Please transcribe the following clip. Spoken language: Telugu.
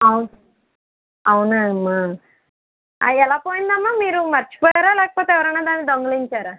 అవున్ అవునా అమ్మ ఎలా పోయిందమ్మా మీరు మర్చిపోయారా లేకపోతే ఎవరైనా దాన్ని దొంగలించారా